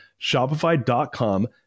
Shopify.com